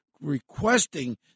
requesting